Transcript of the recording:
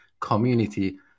community